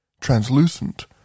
translucent